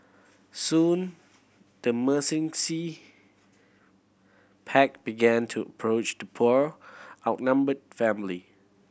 soon the pack began to approach to poor outnumbered family